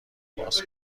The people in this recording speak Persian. باز